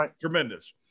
tremendous